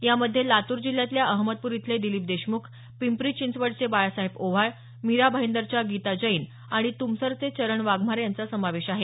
यामध्ये लातूर जिल्ह्यातल्या अहमदपूर इथले दिलीप देशमुख पिंपरी चिंचवडचे बाळासाहेब ओव्हाळ मीरा भाईंदरच्या गीता जैन आणि तमसरचे चरण वाघमारे यांचा समावेश आहे